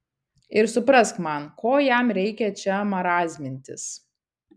ir suprask man ko jam reikia čia marazmintis